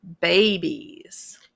babies